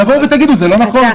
תבואו ותגידו שזה לא נכון.